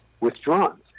withdrawn